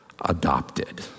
adopted